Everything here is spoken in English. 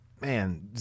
Man